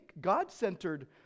God-centered